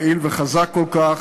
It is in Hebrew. יעיל וחזק כל כך,